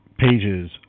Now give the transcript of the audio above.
pages